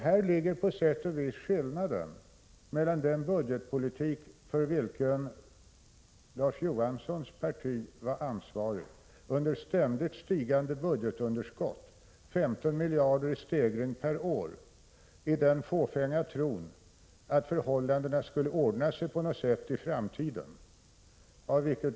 Här ligger på sätt och vis skillnaden mellan vår budgetpolitik och den för vilken Larz Johanssons parti var ansvarig. Den sistnämnda politiken bedrevs under ständigt stigande budgetunderskott — 15 miljarder i stegring per år — i den fåfänga tron att förhållandena på något sätt skulle ordna sig i framtiden.